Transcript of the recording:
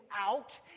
out